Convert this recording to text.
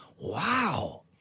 Wow